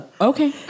okay